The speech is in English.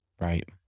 Right